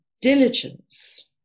diligence